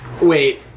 wait